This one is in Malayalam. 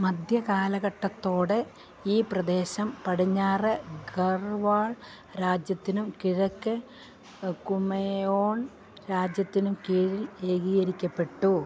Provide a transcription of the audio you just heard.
മധ്യ കാലഘട്ടത്തോടെ ഈ പ്രദേശം പടിഞ്ഞാറ് ഗർവാൾ രാജ്യത്തിനും കിഴക്ക് കുമയോൺ രാജ്യത്തിനും കീഴിൽ ഏകീകരിക്കപ്പെട്ടു